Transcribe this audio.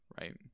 right